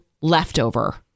leftover